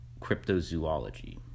cryptozoology